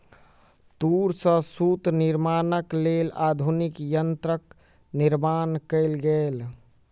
तूर सॅ सूत निर्माणक लेल आधुनिक यंत्रक निर्माण कयल गेल